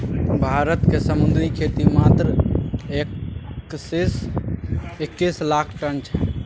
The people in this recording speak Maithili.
भारतक समुद्री खेती मात्र एक्कैस लाख टन छै